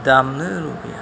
दामनो लुबैयो